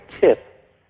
tip